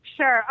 Sure